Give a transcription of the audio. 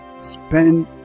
spend